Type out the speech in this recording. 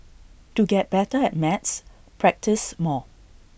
to get better at maths practise more